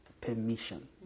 permission